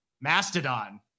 Mastodon